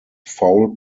foul